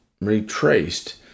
retraced